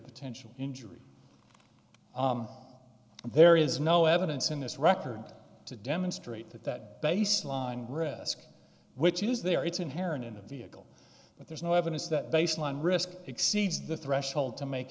potential injury and there is no evidence in this record to demonstrate that that baseline risk which is there it's inherent in a vehicle but there's no evidence that baseline risk exceeds the threshold to make